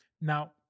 Now